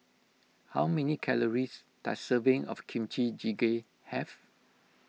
how many calories does a serving of Kimchi Jjigae have